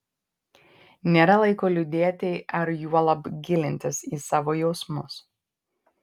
nėra laiko liūdėti ar juolab gilintis į savo jausmus